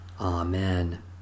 Amen